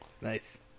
Nice